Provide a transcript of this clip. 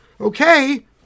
okay